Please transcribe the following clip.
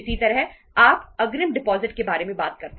इसी तरह आप अग्रिम डिपॉजिट करें